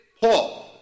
Paul